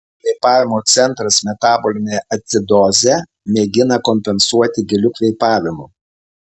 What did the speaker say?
kvėpavimo centras metabolinę acidozę mėgina kompensuoti giliu kvėpavimu